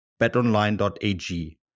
betonline.ag